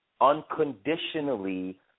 unconditionally